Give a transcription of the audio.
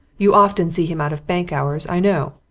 you often see him out of bank hours, i know.